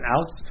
outs